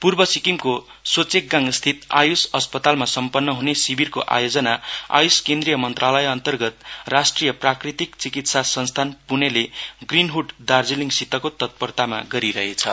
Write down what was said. पूर्व सिक्किमको सोचेकगाङ स्थित आयुष अस्पतालमा सम्पन्न हुने शिविरको आयोजना आयुष केन्द्रिय मन्त्रालयअन्तर्गत राष्ट्रिय प्राकृतिक चिकित्सा संस्थान पूनेले ग्रीनहुड दार्जीलिङसितको तत्पर्तामा गरिरहे छ